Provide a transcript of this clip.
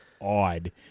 odd